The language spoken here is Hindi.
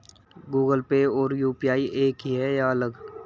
गूगल पे और यू.पी.आई एक ही है या अलग?